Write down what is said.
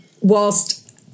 whilst